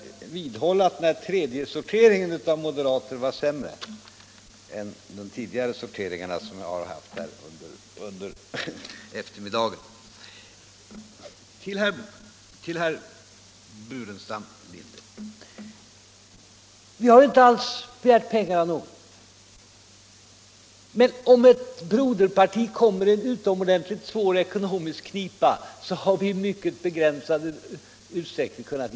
Herr talman! Jag måste dess värre vidhålla att den här tredje sorteringen av moderater är sämre än de tidigare sorteringar som jag har debatterat med under eftermiddagen. Till herr Burenstam Linder: Vi har inte alls begärt pengar av någon, men om ett broderparti kommer i en utomordentligt svår knipa vill vi hjälpa till — och det har vi kunnat göra i mycket begränsad utsträckning.